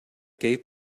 gave